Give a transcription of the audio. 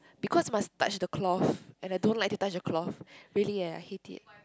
because must touch the cloth and I don't like to touch the cloth really eh I hate it